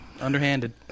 Underhanded